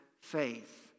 faith